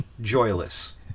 Joyless